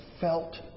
felt